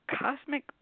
cosmic